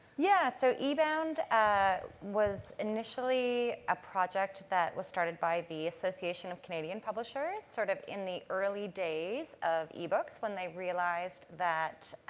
yeah. so, ebound ah was initially a project that was started by the association of canadian publishers, sort of, in the early days of ebooks when they realised that